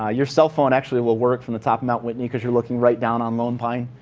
ah your cell phone actually will work from the top of mt. whitney because you're looking right down on lone pine.